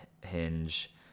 hinge